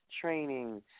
training